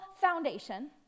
foundation